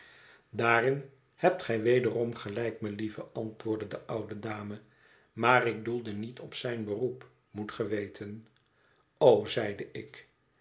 daarin hebt gij wederom gelijk melieve antwoordde de oude dame maar ik doelde niet op zijn beroep moet ge weten o zeide ik